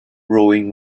rowing